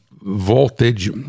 voltage